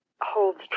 holds